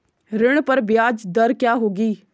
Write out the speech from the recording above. ऋण पर ब्याज दर क्या होगी?